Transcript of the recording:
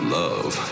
love